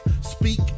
speak